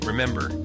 Remember